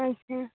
ᱟᱪᱪᱷᱟ